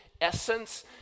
essence